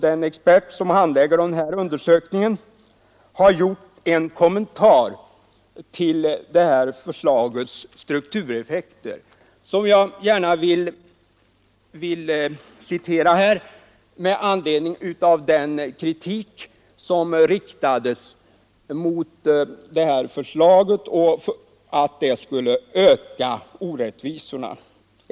Den expert som har hand om denna undersökning har gjort en kommentar till förslagets struktureffekter, och den kommentaren vill jag här gärna läsa upp med anledning av den kritik som har riktats mot förslaget och där man sagt att det skulle öka orättvisorna.